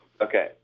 Okay